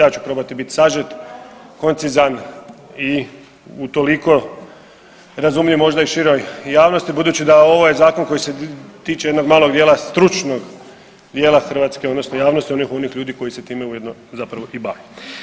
Ja ću probati biti sažet, koncizan i utoliko razumljiv možda i široj javnosti budući da ovaj zakon koji se tiče jednog malog dijela stručnog dijela hrvatske odnosno onih ljudi koji se time ujedno zapravo i bave.